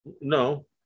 No